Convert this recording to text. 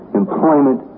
employment